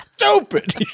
stupid